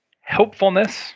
helpfulness